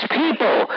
people